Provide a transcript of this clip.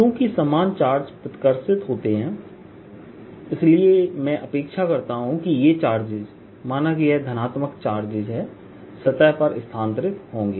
चूँकि समान चार्ज प्रतिकर्षित होते हैं इसलिए मैं अपेक्षा करता हूँ कि ये चार्जेस माना कि यह धनात्मक चार्जेस है सतह पर स्थानांतरित होंगे